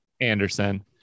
Anderson